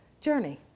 journey